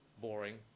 boring